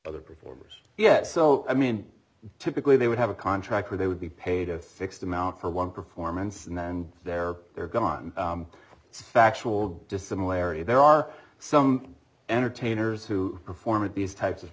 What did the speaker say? other performers yes so i mean typically they would have a contract where they would be paid a fixed amount for one performance and then there they're gone it's factual dissimilarity there are some entertainers who perform at these types of